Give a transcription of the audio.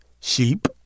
Sheep